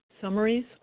summaries